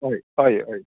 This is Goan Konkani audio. हय हय हय